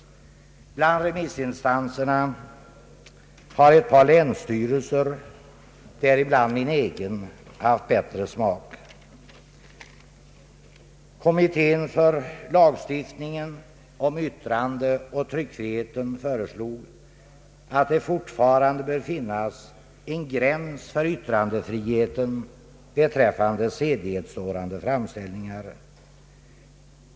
Bland remissinstanserna har ett par länsstyrelser, däribland min egen, haft bättre smak. Kommittén för lagstiftningen om yttrandeoch tryckfrihet föreslog att det fortfarande skall finnas en gräns för yttrandefriheten beträffande sedlighetssårande framställningar.